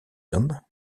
hommes